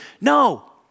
no